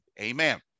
Amen